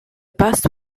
bust